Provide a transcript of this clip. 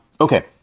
Okay